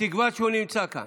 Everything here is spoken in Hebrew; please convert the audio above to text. בתקווה שהוא נמצא כאן.